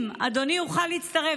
אם אדוני יוכל להצטרף,